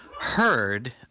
heard